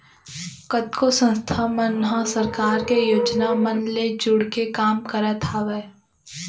कतको संस्था मन ह सरकार के योजना मन ले जुड़के काम करत हावय